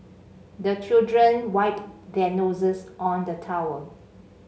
the children wipe their noses on the towel